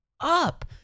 up